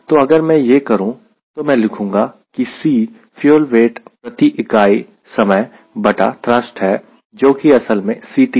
तो अगर मैं यह करूं तो मैं लिखूंगा की C फ्यूल वेट प्रति इकाई समय बटा थ्रस्ट है जो कि असल में Ct है